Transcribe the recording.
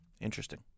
Interesting